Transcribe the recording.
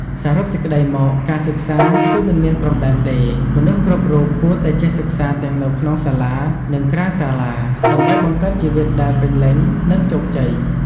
សរុបសេចក្តីមក ការសិក្សាគឺមិនមានព្រំដែនទេ មនុស្សគ្រប់រូបគួរតែចេះសិក្សាទាំងនៅក្នុងសាលា និងក្រៅសាលា ដើម្បីបង្កើតជីវិតដែលពេញលេញ និងជោគជ័យ។